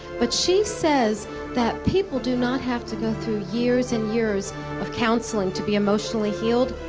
but she says that people do not have to go through years and years of counseling to be emotionally healed.